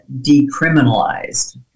decriminalized